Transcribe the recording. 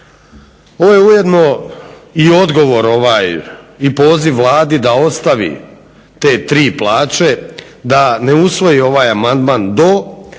Ovo je ujedno i odgovor i poziv Vladi da ostavi te tri plaće, da ne usvoji ovaj amandman do,